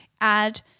add